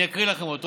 אני אקריא לכם אותו,